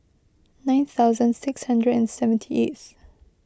nine thousand six hundred and seventy eighth